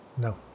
No